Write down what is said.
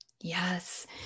yes